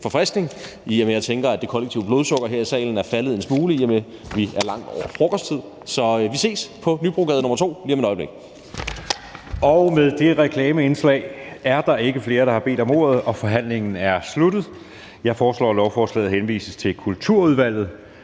forfriskning, i og med at jeg tænker, at det kollektive blodsukker her i salen er faldet en smule, i og med at vi er langt over frokosttid. Så vi ses på Nybrogade nr. 2 lige om et øjeblik. Kl. 12:13 Anden næstformand (Jeppe Søe): Efter det reklameindslag vil jeg sige tak til ministeren. Da der ikke er flere, der har bedt om ordet, er forhandlingen sluttet. Jeg foreslår, at lovforslaget henvises til Kulturudvalget